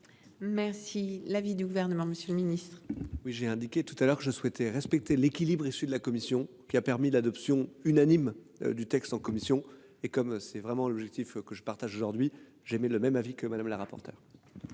Merci. L'avis du gouvernement, Monsieur le Ministre. Oui, j'ai indiqué tout à l'heure je souhaitais respecter l'équilibre issu de la commission qui a permis l'adoption unanime du texte en commission et comme c'est vraiment l'objectif que je partage aujourd'hui j'aimais le même avis que Madame la rapporteure.